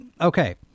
Okay